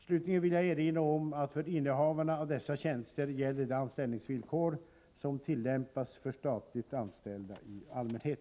Slutligen vill jag erinra om att för innehavarna av dessa tjänster gäller de anställningsvillkor som tillämpas för statligt anställda i allmänhet.